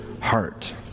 heart